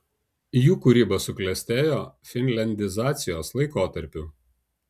jų kūryba suklestėjo finliandizacijos laikotarpiu